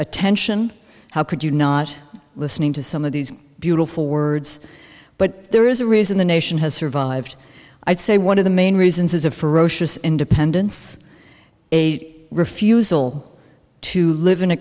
attention how could you not listening to some of these beautiful words but there is a reason the nation has survived i'd say one of the main reasons is a ferocious independence a refusal to live in a